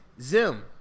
Zim